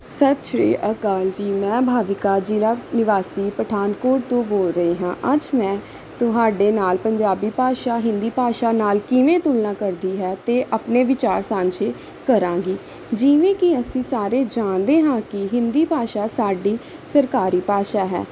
ਸਤਿ ਸ਼੍ਰੀ ਅਕਾਲ ਜੀ ਮੈਂ ਭਾਵਿਕਾ ਜ਼ਿਲ੍ਹਾ ਨਿਵਾਸੀ ਪਠਾਨਕੋਟ ਤੋਂ ਬੋਲ ਰਹੀ ਹਾਂ ਅੱਜ ਮੈਂ ਤੁਹਾਡੇ ਨਾਲ ਪੰਜਾਬੀ ਭਾਸ਼ਾ ਹਿੰਦੀ ਭਾਸ਼ਾ ਨਾਲ ਕਿਵੇਂ ਤੁਲਨਾ ਕਰਦੀ ਹੈ ਅਤੇ ਆਪਣੇ ਵਿਚਾਰ ਸਾਂਝੇ ਕਰਾਂਗੀ ਜਿਵੇਂ ਕਿ ਅਸੀਂ ਸਾਰੇ ਜਾਣਦੇ ਹਾਂ ਕਿ ਹਿੰਦੀ ਭਾਸ਼ਾ ਸਾਡੀ ਸਰਕਾਰੀ ਭਾਸ਼ਾ ਹੈ